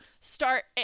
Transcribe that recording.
start